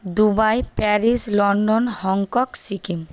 Dubai Paris London Hong Kong Sikkim